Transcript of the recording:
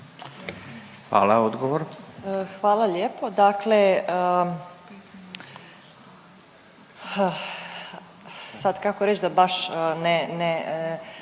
(Nezavisni)** Hvala lijepo. Dakle sad kako reći da baš ne,